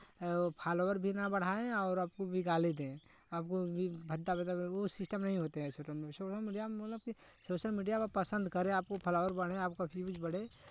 follower भी ना बढ़ाएँ और आपको भी गाली दें आपको भी भद्दा भद्दा वो सिस्टम नहीं होते हैं सोटल सोशल मीडिया में मतलब कि सोशल मीडिया में पसंद करें आपकाे फॉलोवर बढ़ें आपका व्यूज़ बढ़े